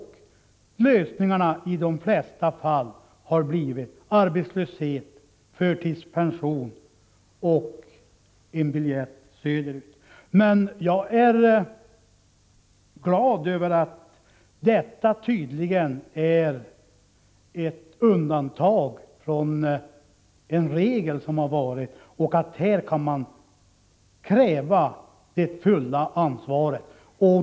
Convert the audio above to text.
Lösningarna har i de flesta fallen blivit arbetslöshet, förtidspension eller en biljett söderut. Men jag är glad över att detta tydligen är ett undantag från en regel som har gällt och att vi här kan utkräva det fulla ansvaret.